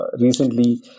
recently